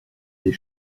des